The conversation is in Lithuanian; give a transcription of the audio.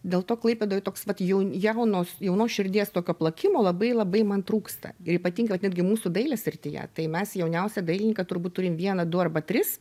dėl to klaipėdoj toks vat jau jaunos jaunos širdies tokio plakimo labai labai man trūksta ir ypatingai vat netgi mūsų dailės srityje tai mes jauniausią dailininką turbūt turim vieną du arba tris